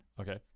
okay